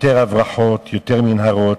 יותר הברחות, יותר מנהרות,